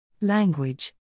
Language